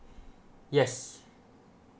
yes